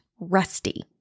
rusty